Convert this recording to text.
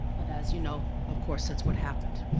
but as you know, of course, that's what happened.